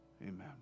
amen